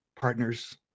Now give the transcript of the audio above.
partners